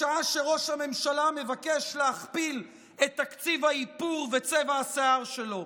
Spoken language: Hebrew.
בשעה שראש הממשלה מבקש להכפיל את תקציב האיפור וצבע השיער שלו.